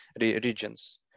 regions